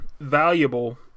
valuable